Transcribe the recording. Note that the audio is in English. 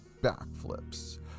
backflips